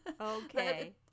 Okay